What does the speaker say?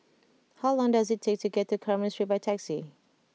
how long does it take to get to Carmen Street by taxi